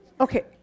Okay